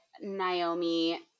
Naomi